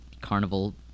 carnival